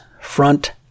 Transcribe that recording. front